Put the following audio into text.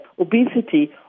obesity